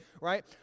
right